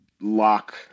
lock